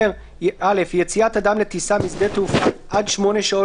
)א( יציאת אדם לטיסה משדה תעופה עד 8 שעות